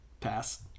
Pass